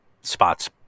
spots